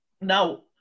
Now